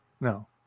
No